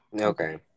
Okay